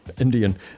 Indian